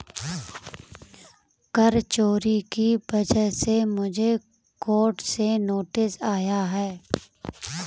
कर चोरी की वजह से मुझे कोर्ट से नोटिस आया है